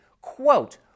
Quote